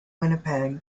winnipeg